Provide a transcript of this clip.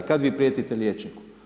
Kad vi prijetite liječniku?